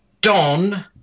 Don